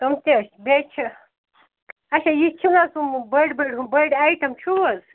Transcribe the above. تِم تہِ بیٚیہِ چھِ اچھا یہِ چھِنہٕ حظ ہُم بٔڑۍ بٔڑۍ ہُم بٔڑۍ آیٹم چھُو حظ